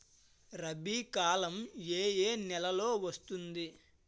రబీ కాలం ఏ ఏ నెలలో వస్తుంది?